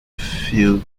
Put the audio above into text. field